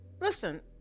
Listen